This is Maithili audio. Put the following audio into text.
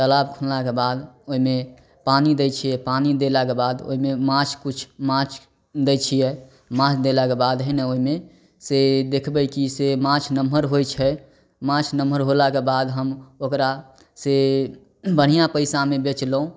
तालाब खुनलाके बाद ओहिमे पानी दै छिए पानी देलाके बाद ओहिमे माछ किछु माछ दै छिए माछ देलाके बाद हइ ने ओहिमेसे देखबै कि से माछ नमहर होइ छै माछ नमहर होलाके बाद हम ओकरा से बढ़िआँ पइसामे बेचलहुँ